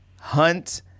Hunt